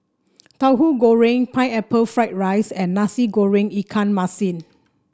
Tauhu Goreng Pineapple Fried Rice and Nasi Goreng Ikan Masin